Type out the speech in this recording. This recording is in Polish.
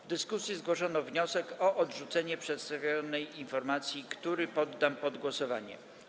W dyskusji zgłoszono wniosek o odrzucenie przedstawionej informacji, który poddam pod głosowanie.